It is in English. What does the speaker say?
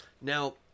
Now